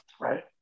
Right